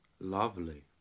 lovely